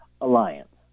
Alliance